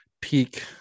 peak